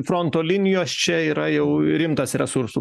fronto linijos čia yra jau rimtas resursų